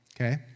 Okay